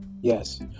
Yes